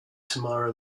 tamara